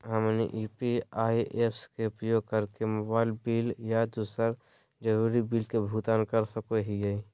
हमनी UPI apps के उपयोग करके मोबाइल बिल आ दूसर जरुरी बिल के भुगतान कर सको हीयई